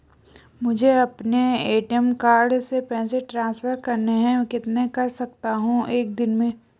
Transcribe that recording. मुझे अपने ATM card से पैसे ट्रांसफर करने हैं कितने कर सकता हूँ एक दिन में?